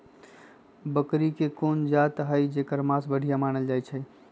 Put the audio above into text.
बकरी के कोन जात हई जेकर मास बढ़िया मानल जाई छई?